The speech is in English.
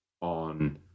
on